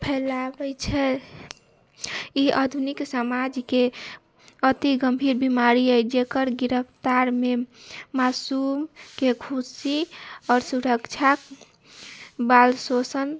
फैलाबै छै ई आधुनिक समाजके अतिगंभीर बीमारी अछि जेकर गिरफ्तारमे मासूमके खुशी आओर सुरक्षा बाल शोषण